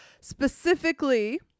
specifically